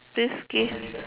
please give